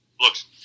looks